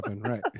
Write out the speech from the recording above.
Right